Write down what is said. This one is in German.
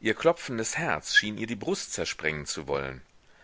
ihr klopfendes herz schien ihr die brust zersprengen zu wollen